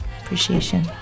Appreciation